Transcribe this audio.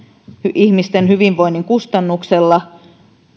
ihmisten hyvinvoinnin kustannuksella